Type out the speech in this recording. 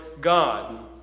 God